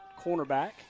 cornerback